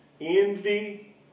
envy